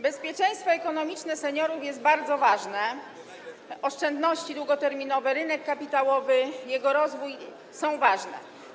Bezpieczeństwo ekonomiczne seniorów jest bardzo ważne, oszczędności długoterminowe, rynek kapitałowy, jego rozwój są ważne.